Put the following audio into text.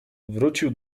wrócił